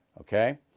Okay